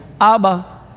Abba